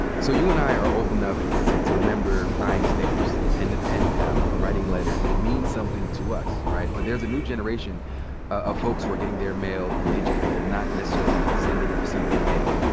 so you and i are old enough to to remember buying stamps and the pen pals and writing letters. and it means something to us, right. but there's a new generation of folks who are getting their mail digitally. they're not necessarily sending and receiving mail.